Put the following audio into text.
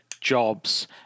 jobs